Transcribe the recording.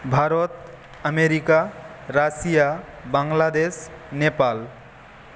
Bharat America Russia Bangladesh Nepal